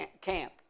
camp